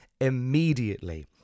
immediately